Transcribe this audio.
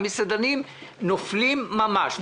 המסעדנים נופלים ממש,